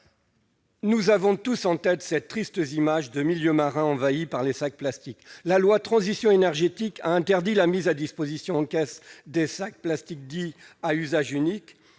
Nous avons tous en tête les tristes images de milieux marins envahis par des sacs plastiques. La loi de transition énergétique a interdit la mise à disposition en caisse des sacs en plastique dits « à usage unique